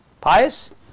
pious